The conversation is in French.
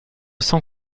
cent